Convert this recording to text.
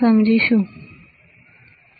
diode શું છે બરાબર